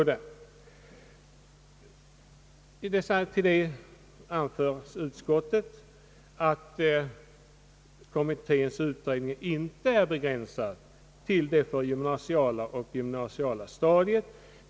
Till detta anför utskottsmajoriteten att kommitténs utredning inte är begränsad till det gymnasiala stadiet.